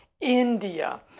India